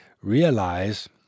realize